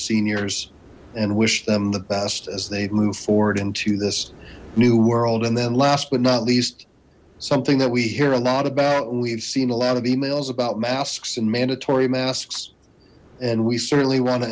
seniors and wish them the best as they move forward into this new world and then last but not least something that we hear a lot about and we've seen a lot of emails about masks and mandatory masks and we certainly want to